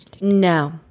No